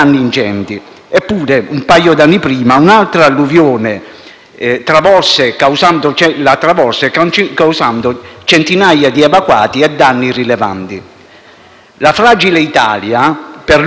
travolse, causando centinaia di evacuati e danni rilevanti. La fragile Italia, per lungo, lunghissimo tempo, è stata trascurata e devastata.